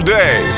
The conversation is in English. day